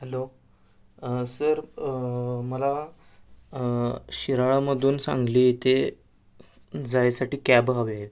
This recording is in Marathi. हॅलो सर मला शिराळामधून सांगली इथे जायसाठी कॅब हवे